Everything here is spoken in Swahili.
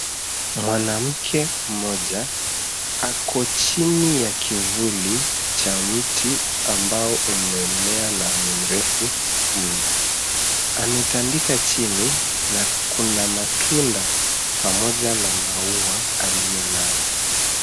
Mwanamke mmoja ako chini ya kivuli cha mti ambao umemea na ni mrefu mno. Ametandika chini na kuna matunda pamoja na maua aliyo nayo.